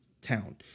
town